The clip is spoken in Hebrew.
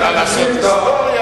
לעשות היסטוריה